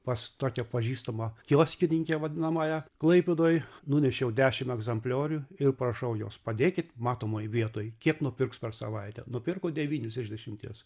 pas tokią pažįstamą kioskininkę vadinamąją klaipėdoj nunešiau dešim egzempliorių ir prašau jos padėkit matomoj vietoj kiek nupirks per savaitę nupirko devynis iš dešimties